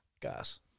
gas